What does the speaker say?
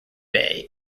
bay